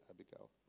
Abigail